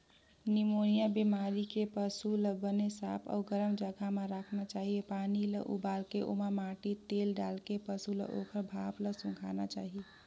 pneumonia बेमारी के पसू ल बने साफ अउ गरम जघा म राखना चाही, पानी ल उबालके ओमा माटी तेल डालके पसू ल ओखर भाप ल सूंधाना चाही